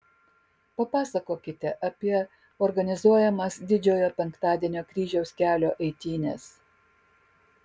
papasakokite apie organizuojamas didžiojo penktadienio kryžiaus kelio eitynes